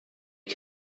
him